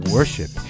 Worship